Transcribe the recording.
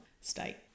state